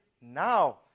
now